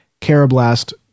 Carablast